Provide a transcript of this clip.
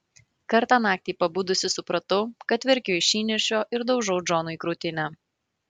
kartą naktį pabudusi supratau kad verkiu iš įniršio ir daužau džonui krūtinę